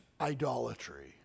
idolatry